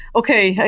okay.